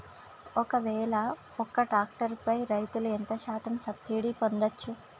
ఒక్కవేల ఒక్క ట్రాక్టర్ పై రైతులు ఎంత శాతం సబ్సిడీ పొందచ్చు?